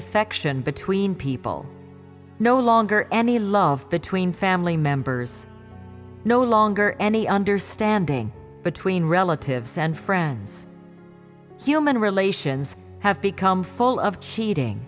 affection between people no longer any love between family members no longer any understanding between relatives and friends human relations have become full of cheating